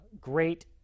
great